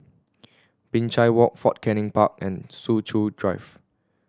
Binchang Walk Fort Canning Park and Soo Chow Drive